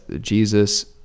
Jesus